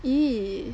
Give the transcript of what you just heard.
!ee!